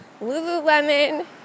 Lululemon